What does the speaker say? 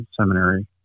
seminary